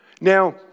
Now